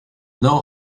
know